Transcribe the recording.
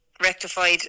rectified